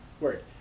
word